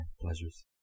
pleasures